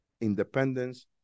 independence